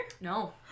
No